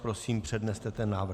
Prosím, předneste ten návrh.